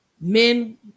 men